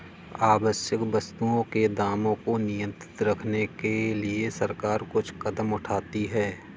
आवश्यक वस्तुओं के दामों को नियंत्रित रखने के लिए सरकार कुछ कदम उठाती है